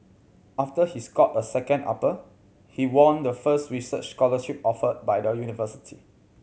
after he scored a second upper he won the first research scholarship offered by the university